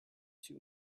two